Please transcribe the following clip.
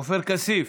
עופר כסיף,